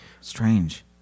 Strange